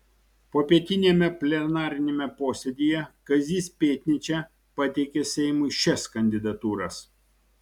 popietiniame plenariniame posėdyje kazys pėdnyčia pateikė seimui šias kandidatūras